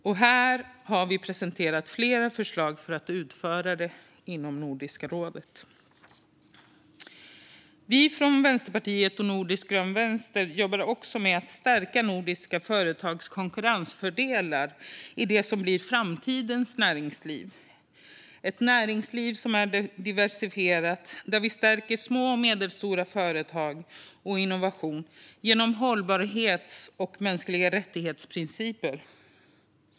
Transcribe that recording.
Vi har presenterat flera förslag inom Nordiska rådet för att utföra detta. Vi från Vänsterpartiet och Nordisk grön vänster jobbar också med att stärka nordiska företags konkurrensfördelar i det som blir framtidens näringsliv - ett näringsliv som är diversifierat och där vi stärker små och medelstora företag och innovation genom principerna om hållbarhet och mänskliga rättigheter.